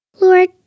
Lord